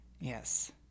Yes